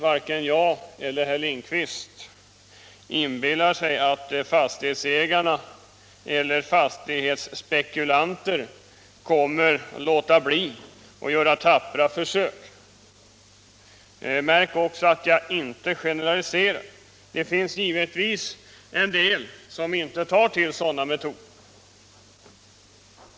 Varken jag eller herr Lindkvist tror jag inbillar sig att fastighetsägare eller fastighetsspekulanter kommer att låta bli att göra tappra försök. Märk väl att jag inte generaliserar. Det finns givetvis en del som inte tar till sådana metoder.